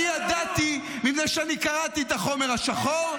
--- אני ידעתי מפני שאני קראתי את החומר השחור,